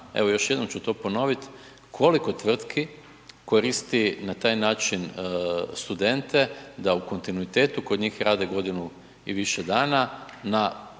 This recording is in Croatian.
evo još jednom ću to ponoviti, koliko tvrtki koristi na taj način studente da u kontinuitetu kod njih rade godinu i više dana na satnicu